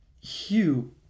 Hugh